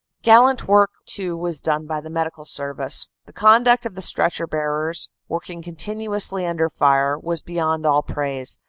gallant work too was done by the medical service. the conduct of the stretcher-bearers, working continuously under fire, was beyond all praise,